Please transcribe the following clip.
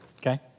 Okay